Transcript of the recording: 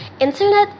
internet